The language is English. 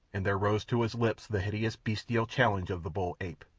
and there rose to his lips the hideous, bestial challenge of the bull-ape.